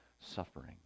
suffering